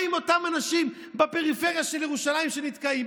מה עם אותם אנשים בפריפריה של ירושלים שנתקעים,